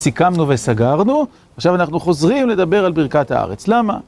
סיכמנו וסגרנו, עכשיו אנחנו חוזרים לדבר על ברכת הארץ, למה?